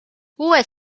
uued